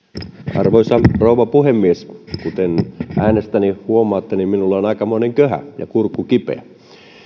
arvoisa rouva puhemies kuten äänestäni huomaatte minulla on aikamoinen köhä ja kurkku kipeä